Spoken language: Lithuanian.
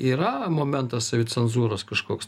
yra momentas savicenzūros kažkoks